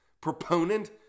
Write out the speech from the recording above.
proponent